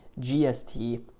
GST